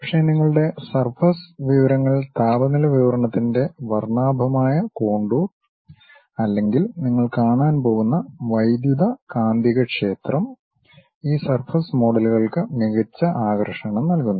പക്ഷേ നിങ്ങളുടെ സർഫസ് വിവരങ്ങൾ താപനില വിതരണത്തിന്റെ വർണ്ണാഭമായ കോണ്ടൂർ അല്ലെങ്കിൽ നിങ്ങൾ കാണാൻ പോകുന്ന വൈദ്യുതകാന്തികക്ഷേത്രം ഈ സർഫസ് മോഡലുകൾക്ക് മികച്ച ആകർഷണം നൽകുന്നു